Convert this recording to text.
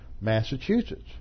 massachusetts